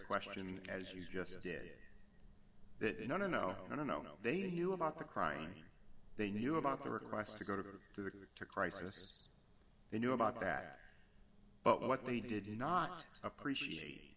question as you just did that no no no no no no no they knew about the crime they knew about the request to go to the crisis they knew about that but what we did not appreciate